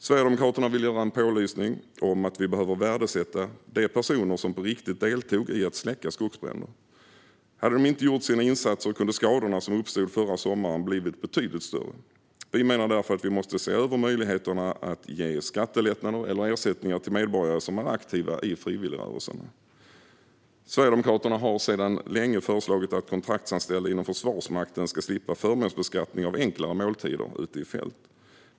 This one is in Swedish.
Sverigedemokraterna vill göra en pålysning om att vi behöver värdesätta de personer som på riktigt deltog i att släcka skogsbränder. Hade de inte gjort sina insatser kunde skadorna som uppstod förra sommaren ha blivit betydligt större. Vi menar därför att vi måste se över möjligheterna att ge skattelättnader eller ersättningar till medborgare som är aktiva i frivilligrörelserna. Sverigedemokraterna har sedan länge föreslagit att kontraktsanställda inom Försvarsmakten ska slippa förmånsbeskattning av enklare måltider ute i fält.